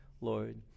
Lord